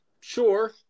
Sure